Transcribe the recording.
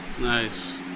Nice